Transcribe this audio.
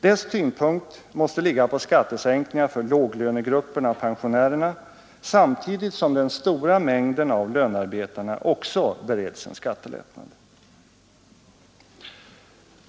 Dess tyngdpunkt måste ligga på skattesänkningar för låglönegrupperna och pensionärerna, samtidigt som den stora mängden av lönarbetarna också bereds en skattelättnad.